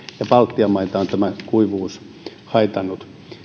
ja baltian maita on tämä kuivuus haitannut